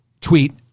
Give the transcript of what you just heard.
tweet